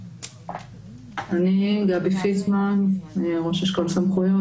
אני גבי פיסמן ראש אשכול סמכויות,